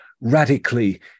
radically